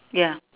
ya